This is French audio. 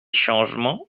changements